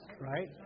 Right